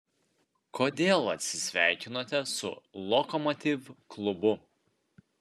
kodėl atsisveikinote su lokomotiv klubu